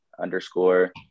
underscore